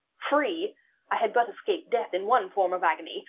free i had but escaped death in one form of agony,